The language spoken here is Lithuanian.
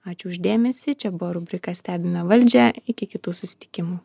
ačiū už dėmesį čia buvo rubrika stebime valdžią iki kitų susitikimų